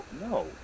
no